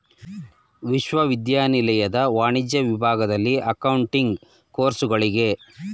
ವಿಶ್ವವಿದ್ಯಾನಿಲಯದ ವಾಣಿಜ್ಯ ವಿಭಾಗದಲ್ಲಿ ಅಕೌಂಟಿಂಗ್ ಕೋರ್ಸುಗಳಿಗೆ